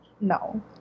no